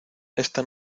esta